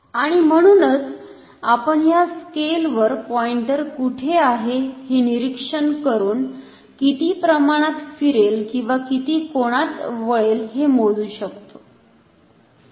आणि म्हणूनच आपण या स्केल वर पॉईंटर कुठे आहे हे निरीक्षण करून किती प्रमाणात फिरेल किंवा किती कोनात वळेल हे मोजू शकतो